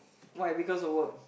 why because of work